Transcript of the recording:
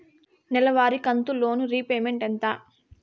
నెలవారి కంతు loan repayment ఎంత?